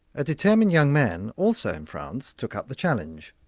a determined young man, also in france, took up the challenge.